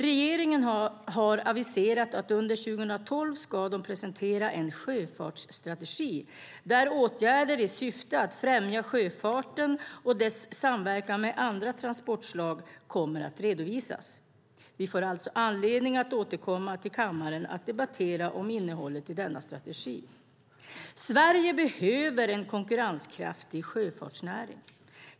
Regeringen har aviserat att under 2012 presentera en sjöfartsstrategi, där åtgärder i syfte att främja sjöfarten och dess samverkan med andra transportslag kommer att redovisas. Vi får alltså anledning att återkomma till kammaren för att debattera om innehållet i denna strategi. Sverige behöver en konkurrenskraftig sjöfartsnäring.